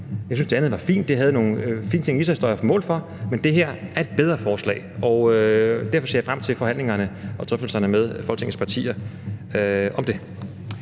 Jeg synes, det andet var fint – det havde nogle fine ting i sig, og det står jeg på mål for – men det her er et bedre forslag, og derfor ser jeg frem til forhandlingerne og drøftelserne med Folketingets partier om det.